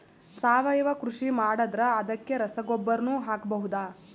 ಸಾವಯವ ಕೃಷಿ ಮಾಡದ್ರ ಅದಕ್ಕೆ ರಸಗೊಬ್ಬರನು ಹಾಕಬಹುದಾ?